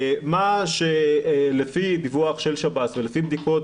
מה שלפי דיווח של שב"ס ולפי בדיקות